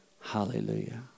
Hallelujah